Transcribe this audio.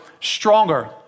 stronger